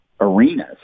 arenas